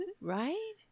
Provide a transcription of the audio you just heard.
Right